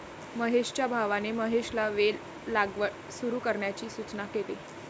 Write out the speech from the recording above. महेशच्या भावाने महेशला वेल लागवड सुरू करण्याची सूचना केली